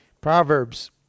Proverbs